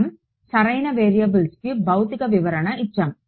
మనం సరైన వేరియబుల్స్కు భౌతిక వివరణ ఇచ్చాము